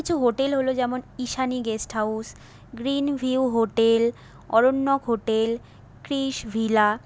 কিছু হোটেল হল যেমন Ishani guest house green view hotel Aranyak hotel Krish villa